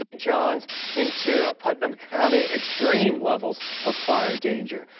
johns into putnam county, extreme levels of fire danger,